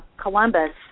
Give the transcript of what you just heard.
Columbus